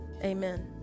Amen